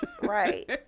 right